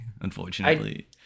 Unfortunately